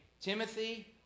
Timothy